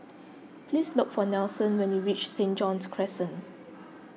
please look for Nelson when you reach St John's Crescent